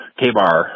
k-bar